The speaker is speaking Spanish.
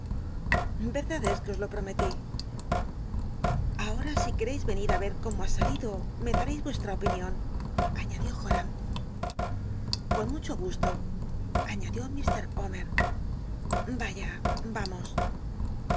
verdad es que os lo prometí ahora si quereis venir ü ver cómo ha salido me dareis vuestra opinion añad ió joram con mucho gusto dijo mr omer vaya yumos